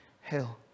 hell